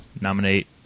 nominate